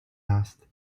asked